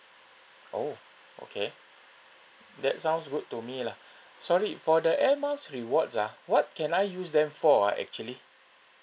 oh okay that sounds good to me lah sorry for the air miles rewards ah what can I use them for ah actually